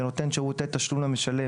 הוא נותן שירותי תשלום למשלם,